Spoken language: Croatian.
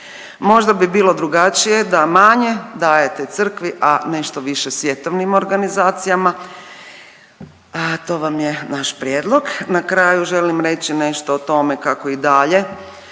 Možda bi bilo drugačije da manje dajete crkvi, a nešto više svjetovnim organizacijama, a to vam je naš prijedlog. Na kraju želim reći nešto o tome kako i dalje